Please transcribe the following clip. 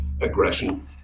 aggression